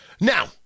Now